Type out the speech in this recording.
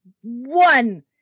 one